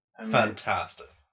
Fantastic